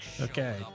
Okay